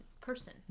person